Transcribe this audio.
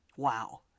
Wow